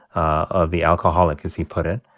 of the alcoholic as he put it.